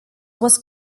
was